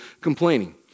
complaining